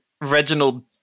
Reginald